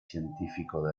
científico